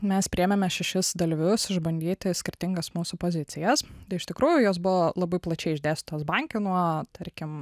mes priėmėme šešis dalyvius išbandyti skirtingas mūsų pozicijas iš tikrųjų jos buvo labai plačiai išdėstytos banke nuo tarkim